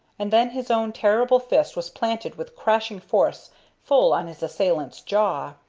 and then his own terrible fist was planted with crashing force full on his assailant's jaw.